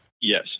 Yes